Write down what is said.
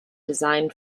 designed